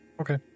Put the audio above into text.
Okay